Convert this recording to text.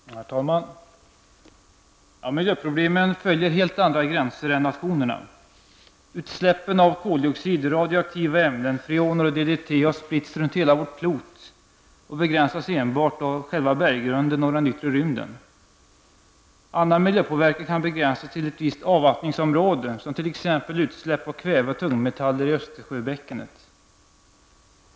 Herr talman! Miljöproblemen följer helt andra gränser än nationerna. Utsläppen av koldioxid, radioaktiva ämnen, freoner och DDT har spritts runt hela vårt klot och begränsas enbart av själva berggrunden och den yttre rymden. Annan miljöpåverkan kan begränsas till ett visst avvattningsområde, t.ex. utsläpp av kväve och tungmetaller i Östersjöbäckenet.